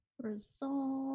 Resolve